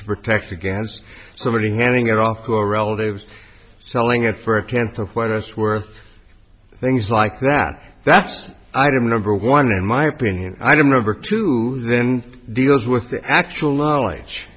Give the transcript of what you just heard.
to protect against somebody handing it off to a relatives selling it for a can to white house where things like that that's item number one in my opinion i don't remember to then deals with the actual knowledge